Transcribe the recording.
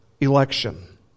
election